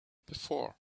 before